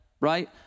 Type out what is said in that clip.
right